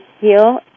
heal